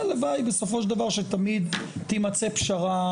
והלוואי בסופו של דבר שתמיד תימצא פשרה,